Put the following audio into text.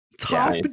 top